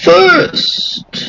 First